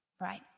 Right